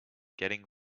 getting